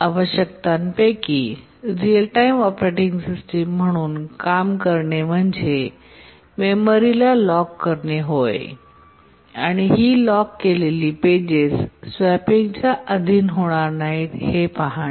आवश्यकतांपैकी real time operating system म्हणून काम करणे म्हणजे मेमरीला लॉक करणे होय आणि ही लॉक केलेली पेजेस स्वॅपिंगच्या अधीन होणार नाहीत हे पाहणे